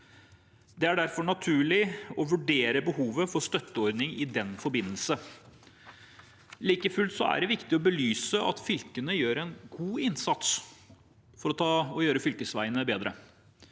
Det er derfor naturlig å vurdere behovet for en støtteordning i den forbindelse. Like fullt er det viktig å belyse at fylkene gjør en god innsats for å gjøre fylkesveiene bedre.